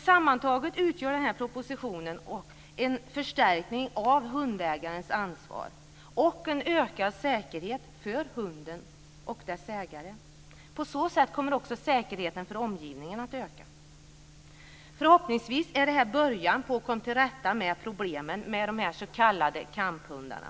Sammantaget innebär propositionen en förstärkning av hundägarnas ansvar och en ökad säkerhet för hunden och dess ägare. På så sätt kommer också säkerheten för omgivningen att öka. Förhoppningsvis är detta början på att komma till rätta med problemen med de s.k. kamphundarna.